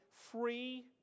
free